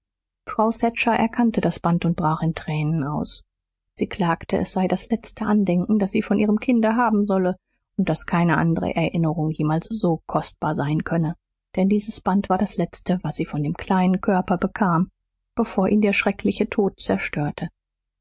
frau thatcher erkannte das band und brach in tränen aus sie klagte es sei das letzte andenken das sie von ihrem kinde haben solle und daß keine andere erinnerung jemals so kostbar sein könne denn dieses band war das letzte was sie von dem kleinen körper bekam bevor ihn der schreckliche tod zerstörte